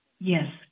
Yes